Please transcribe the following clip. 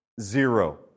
Zero